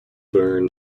burn